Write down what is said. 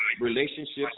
relationships